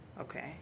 okay